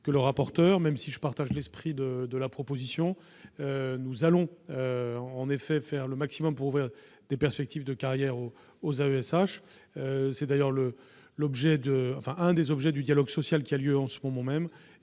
n° 91 rectifié. Certes, je partage l'esprit de ce qui est proposé. Nous allons en effet faire le maximum pour ouvrir des perspectives de carrière aux AESH. C'est d'ailleurs l'un des objets du dialogue social qui a lieu en ce moment même